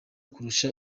kurusha